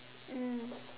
mm